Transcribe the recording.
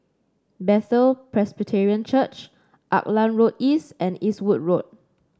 Bethel Presbyterian Church Auckland Road East and Eastwood Road